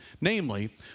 namely